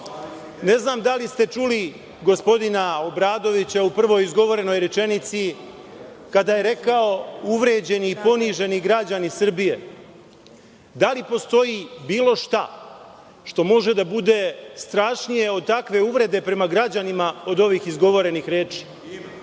Ne znam da li ste čuli gospodina Obradovića, u prvoj izgovorenoj rečenici, kada je rekao – uvređeni i poniženi građani Srbije. Da li postoji bilo šta što može da bude strašnije od takve uvrede prema građanima od ovih izgovorenih reči?